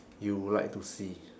you will like to see